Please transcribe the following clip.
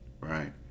Right